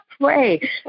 pray